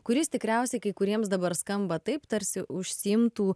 kuris tikriausiai kai kuriems dabar skamba taip tarsi užsiimtų